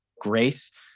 grace